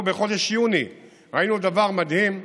אנחנו בחודש יוני ראינו דבר מדהים,